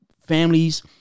families